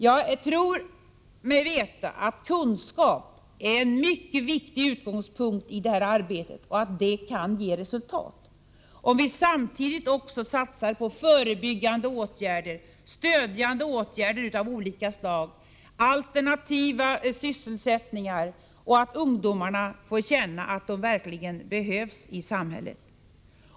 Jag tror mig veta att kunskap är en mycket viktig utgångspunkt i detta arbete och kan ge resultat, om vi samtidigt också satsar på förebyggande och stödjande åtgärder av olika slag samt alternativa sysselsättningar. Ungdomarna måste få känna att de verkligen behövs i samhället.